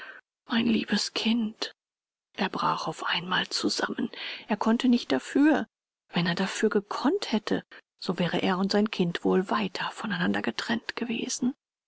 mein liebes kind er brach auf einmal zusammen er konnte nicht dafür wenn er dafür gekonnt hätte so wäre er und sein kind wohl weiter voneinander getrennt gewesen